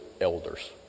elders